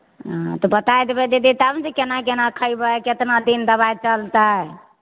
अं तऽ बताइ देबै दीदी तब ने जे केना केना खैबई केतना दिन दबाइ चलतै